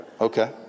Okay